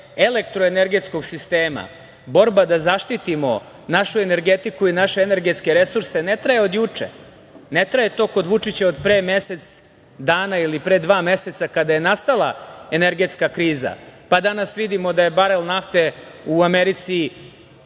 elektro-energetskog sistema, borba da zaštitimo našu energetiku i naše energetske resurse, ne traje od juče. Ne traje to kod Vučića od pre mesec dana ili pre dva meseca kada je nastala energetska kriza. Pa, danas vidimo da je barel nafte u Americi